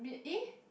E